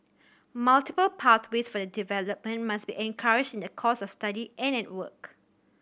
multiple pathways for development must be encouraged in the course of study and at work